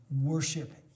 worship